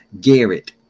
Garrett